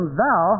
thou